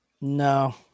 No